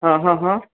હ હ હ